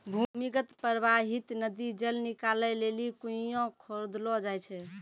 भूमीगत परबाहित नदी जल निकालै लेलि कुण्यां खोदलो जाय छै